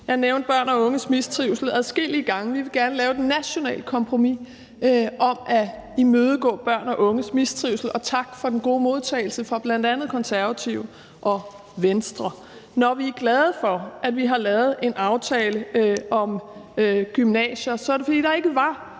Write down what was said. Jeg nævnte børn og unges mistrivsel adskillige gange. Vi vil gerne lave et nationalt kompromis om at imødegå børn og unges mistrivsel. Og tak for den gode modtagelse fra bl.a. Konservatives og Venstres side. Når vi er glade for, at vi har lavet en aftale om gymnasier, så er det, fordi der ikke var